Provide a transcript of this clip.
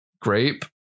Grape